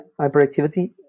hyperactivity